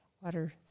Water